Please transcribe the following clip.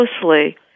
closely